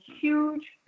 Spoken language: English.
huge